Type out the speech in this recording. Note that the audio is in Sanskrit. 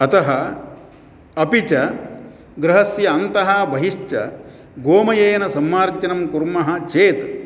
अतः अपि च गृहस्य अन्तः बहिश्च गोमयेन सम्मार्जनं कुर्मः चेत्